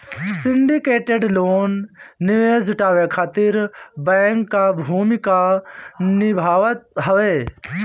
syndicated loan निवेश जुटावे खातिर बैंक कअ भूमिका निभावत हवे